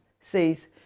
says